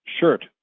shirt